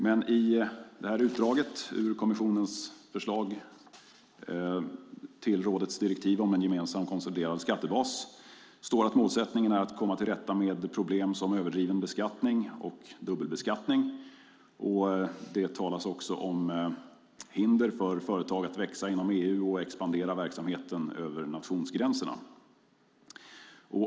Men i utdraget ur kommissionens förslag till rådets direktiv om en gemensam konsoliderad bolagsskattebas står att målsättningen är att komma till rätta med problem som överdriven beskattning och dubbelbeskattning. Det talas också om hinder för företag att växa inom EU och expandera verksamheten över nationsgränserna.